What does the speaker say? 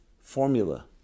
formula